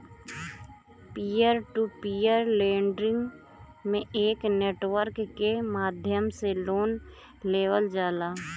peer to peer lending में एक network के माध्यम से लोन लेवल जाला